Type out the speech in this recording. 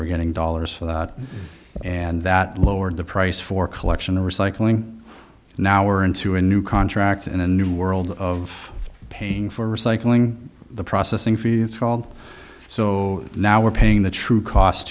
were getting dollars for that and that lowered the price for collection recycling now or into a new contract and a new world of paying for recycling the processing fee it's called so now we're paying the true cost